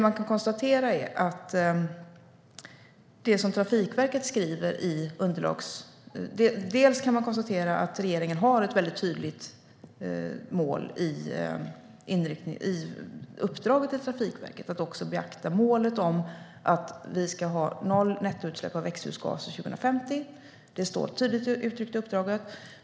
Man kan konstatera att regeringen har ett tydligt mål i uppdraget till Trafikverket, nämligen att beakta målet om att vi ska ha noll nettoutsläpp av växthusgaser 2050. Det står tydligt uttryckt i uppdraget.